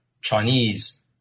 Chinese